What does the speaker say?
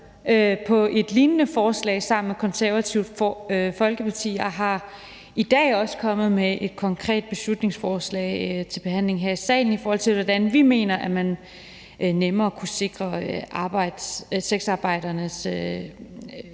på et lignende forslag sammen med Det Konservative Folkeparti og er i dag også kommet med et konkret beslutningsforslag til behandling her i salen, i forhold til hvordan vi mener man nemmere kunne sikre sexarbejdernes